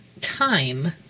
time